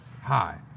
Hi